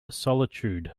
solitude